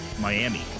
miami